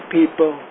people